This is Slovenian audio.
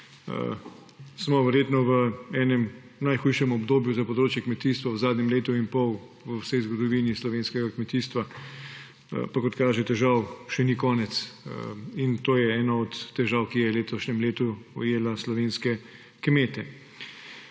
smo verjetno v enem najhujšem obdobju za področje kmetijstva v zadnjem letu in pol v vsej zgodovini slovenskega kmetijstva, kot kaže, pa težav še ni konec, in to je ena od težav, ki je v letošnjem letu ujela slovenske kmete.